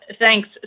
thanks